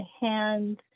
hands